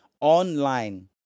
online